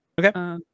Okay